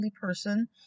person